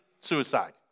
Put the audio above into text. suicide